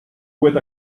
with